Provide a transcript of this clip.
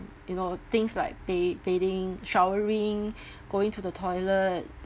you know things like bath bathing showering going to the toilet